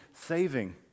saving